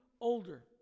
older